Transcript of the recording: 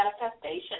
manifestation